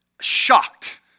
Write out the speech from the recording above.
shocked